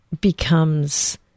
becomes